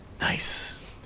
nice